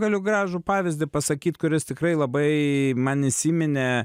galiu gražų pavyzdį pasakyt kuris tikrai labai man įsiminė